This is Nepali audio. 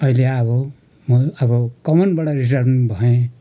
अहिले अब म अब कमानबाट रिटायरमेनन्ट भएँ